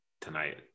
tonight